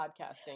podcasting